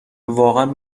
واقعا